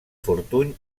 fortuny